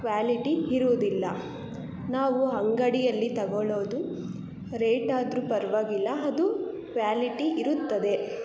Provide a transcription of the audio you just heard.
quality ಇರುವುದಿಲ್ಲ ನಾವು ಅಂಗಡಿಯಲ್ಲಿ ತಗೊಳ್ಳೋದು ರೇಟಾದ್ರೂ ಪರವಾಗಿಲ್ಲ ಅದು ಕ್ಯ್ವಾಲಿಟಿ ಇರುತ್ತದೆ